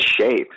shape